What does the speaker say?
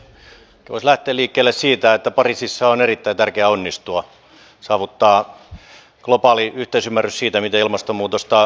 ehkä voisi lähteä liikkeelle siitä että pariisissa on erittäin tärkeä onnistua saavuttaa globaali yhteisymmärrys siitä miten ilmastonmuutosta hillitään